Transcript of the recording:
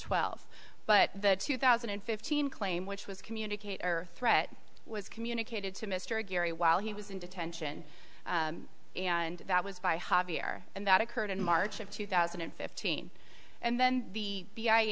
twelve but the two thousand and fifteen claim which was communicate our threat was communicated to mr geary while he was in detention and that was by javier and that occurred in march of two thousand and fifteen and then the